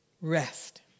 rest